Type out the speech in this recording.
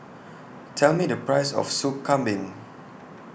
Tell Me The Price of Soup Kambing